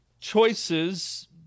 choices